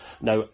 Now